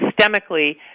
systemically